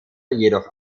jedoch